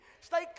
Stay